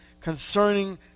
concerning